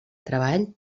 treball